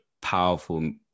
powerful